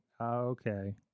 okay